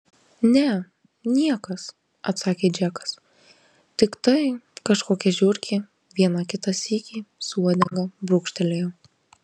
ne niekas atsakė džekas tiktai kažkokia žiurkė vieną kitą sykį su uodega brūkštelėjo